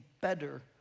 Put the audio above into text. better